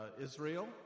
Israel